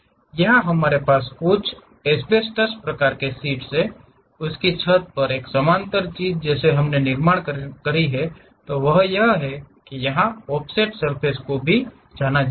यहां हमारे पास कुछ एस्बेस्टस प्रकार की शीट है उसकी छत एक समानांतर चीज जिसे हम निर्माण करना चाहते हैं वह यह है कि हम यहां ऑफसेट सर्फ़ेस को भी कहते हैं